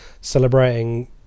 celebrating